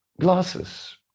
glasses